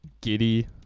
Giddy